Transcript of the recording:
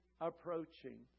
approaching